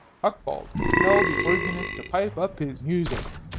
hucbald, tell the organist to pipe up his music.